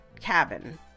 cabin